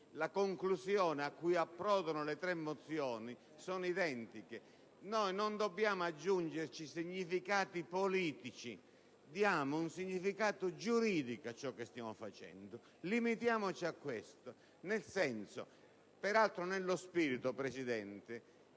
La conclusione cui approdano le tre mozioni è identica: non dobbiamo aggiungere significati politici, diamo un significato giuridico a ciò che stiamo facendo, e limitiamoci a questo, peraltro nello spirito, signor Presidente,